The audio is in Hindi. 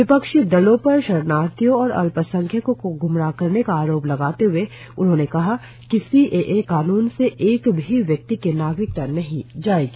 विपक्षी दलों पर शरणार्थियों और अल्पसंख्यकों को ग्रमराह करने का आरोप लगाते हए उन्होंने कहा कि सी ए ए कानून से एक भी व्यक्ति की नागरिकता नहीं जाएगी